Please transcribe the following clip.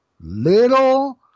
little